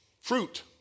fruit